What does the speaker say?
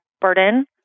burden